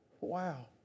Wow